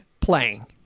playing